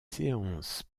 séances